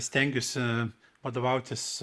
stengiuosi vadovautis